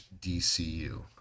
DCU